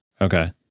okay